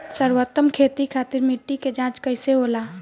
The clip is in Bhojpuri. सर्वोत्तम खेती खातिर मिट्टी के जाँच कईसे होला?